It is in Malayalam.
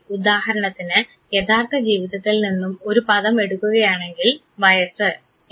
ഉദാഹരണത്തിന് യഥാർത്ഥ ജീവിതത്തിൽ നിന്നും ഒരു പദം എടുക്കുകയാണെങ്കിൽ 'വയസ്സ്' ഒരു കണ്ടിന്യൂസ് വേരിയബിൾ ആണ്